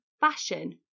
fashion